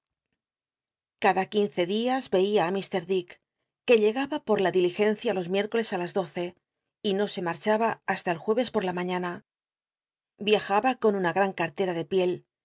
cada quince dias i'cia a lfr dick que llegaba por la diligencia los miétcoles á las doce y no se marcbaba hasta el jueves por la mañana viajaba con una gran cartera de piel